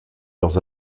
leurs